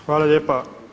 Hvala lijepa.